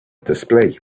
display